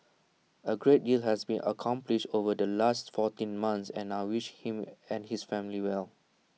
A great deal has been accomplished over the last fourteen months and I wish him and his family well